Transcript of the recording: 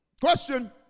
Question